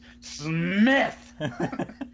Smith